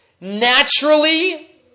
Naturally